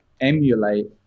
emulate